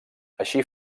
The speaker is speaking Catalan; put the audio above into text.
així